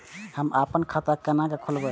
हम अपन खाता केना खोलैब?